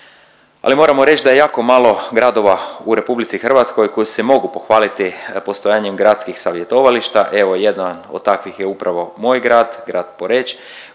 Ali moramo reći da je jako malo gradova u Republici Hrvatskoj koje se mogu pohvaliti postojanjem gradskih savjetovališta. Evo jedan od takvih je upravo moj grad, grad Poreč